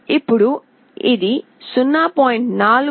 ఇప్పుడు ఇది 0